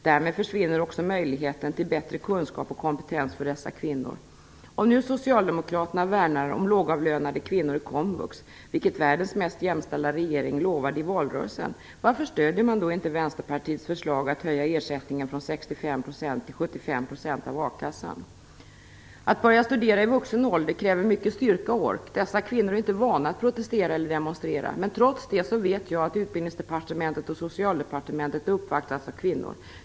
Därmed försvinner också möjligheten till bättre kunskap och kompetens för dessa kvinnor. Om nu socialdemokraterna värnar om lågavlönade kvinnor som läser på komvux, vilket världens mest jämställda regering lovade i valrörelsen, varför stödjer man då inte Vänsterpartiets förslag att höja ersättningen från 65 % till 75 % av a-kassan? Att börja studera i vuxen ålder kräver mycket styrka och ork. Dessa kvinnor är inte vana att protestera eller demonstrera. Men trots det vet jag att Utbildningsdepartementet och Socialdepartementet uppvaktats av kvinnor.